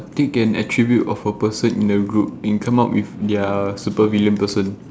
take an attribute of a person in a group and come up with their supervillain person